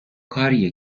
کاریه